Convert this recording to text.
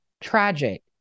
tragic